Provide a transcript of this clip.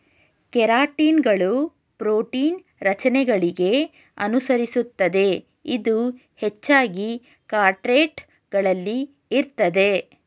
ಕೆರಾಟಿನ್ಗಳು ಪ್ರೋಟೀನ್ ರಚನೆಗಳಿಗೆ ಅನುಸರಿಸುತ್ತದೆ ಇದು ಹೆಚ್ಚಾಗಿ ಕಾರ್ಡೇಟ್ ಗಳಲ್ಲಿ ಇರ್ತದೆ